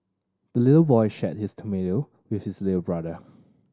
the little boy shared his tomato with his little brother